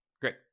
Great